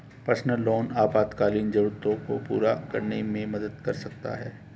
personal loan आपातकालीन जरूरतों को पूरा करने में मदद कर सकता है